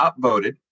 upvoted